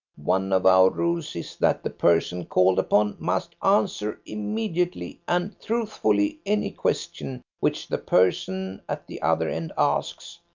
one of our rules is that the person called upon must answer immediately and truthfully any question which the person at the other end asks,